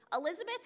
Elizabeth